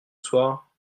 soir